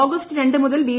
August രണ്ട് മുതൽ B